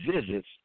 visits